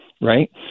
right